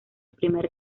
primer